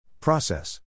Process